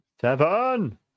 Seven